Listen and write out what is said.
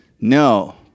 No